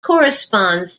corresponds